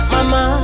Mama